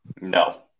No